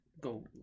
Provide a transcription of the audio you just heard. go